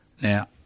Now